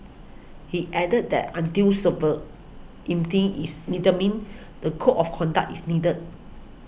he added that until is determined the Code of Conduct is needed